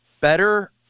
better